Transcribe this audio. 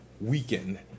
weekend